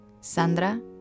Sandra